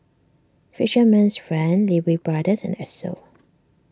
Fisherman's Friend Lee Wee Brothers and Esso